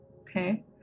Okay